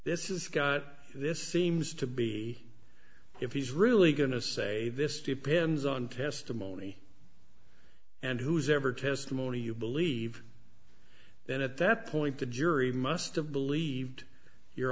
this is scott this seems to be if he's really going to say this depends on testimony and whose ever testimony you believe then at that point the jury must have believed your